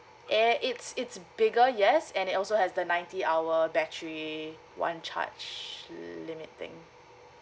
eh it's it's bigger yes and it also has the ninety hour battery one charge limit thing